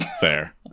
Fair